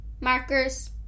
markers